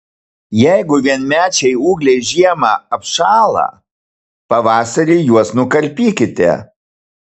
jeigu vienmečiai ūgliai žiemą apšąla pavasarį juos nukarpykite